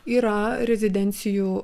yra rezidencijų